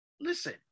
listen